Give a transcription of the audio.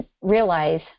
realize